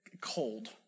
cold